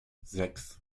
sechs